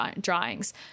drawings